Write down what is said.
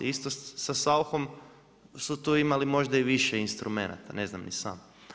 Isto sa Sauchom su tu imali možda i više instrumenata, ne znam ni sam.